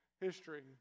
history